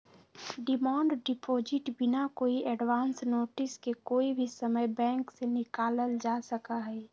demand deposit बिना कोई advance notice के कोई भी समय बैंक से निकाल्ल जा सका हई